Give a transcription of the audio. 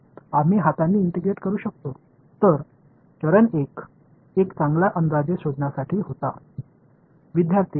நாம் கையால் ஒருங்கிணைக்க முடியும் என்று எனக்கு தெரியும் எனவே முதல் படி ஒரு நல்ல தோராயத்தைக் கண்டுபிடிப்பதாக இருந்தது